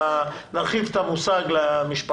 המושג ונאמר משפחה.